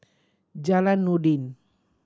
Jalan Noordin